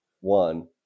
One